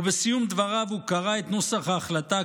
ובסיום דבריו הוא קרע את נוסח ההחלטה,